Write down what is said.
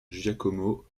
giacomo